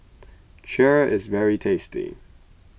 Kheer is very tasty